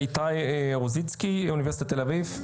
איתי רוזיצקי, אוניברסיטת תל אביב.